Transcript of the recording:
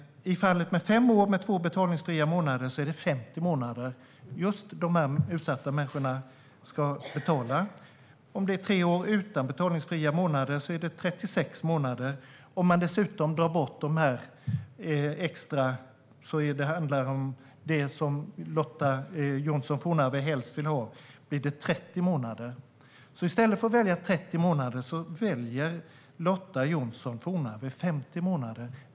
I fallet med fem år med två betalningsfria månader är det under 50 månader som dessa utsatta människor ska betala. Om det är tre år utan betalningsfria månader är det 36 månader. Om man dessutom drar bort de extra - det Lotta Johnsson Fornarve helst vill ha - handlar det om 30 månader. I stället för att välja 30 månader väljer Lotta Johnsson Fornarve alltså 50 månader.